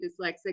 dyslexic